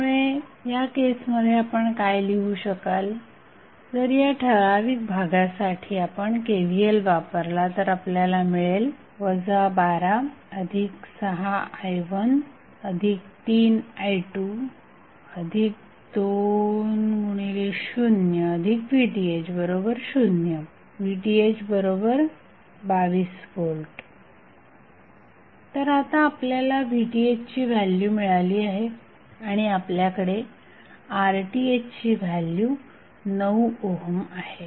त्यामुळे या केसमध्ये आपण काय लिहू शकाल जर या ठराविक भागासाठी आपण KVL वापरला तर आपल्याला मिळेल 126i13i220VTh0 VTh22V तर आता आपल्याला VTh ची व्हॅल्यू मिळाली आहे आणि आपल्याकडे RThची व्हॅल्यू 9 ओहम आहे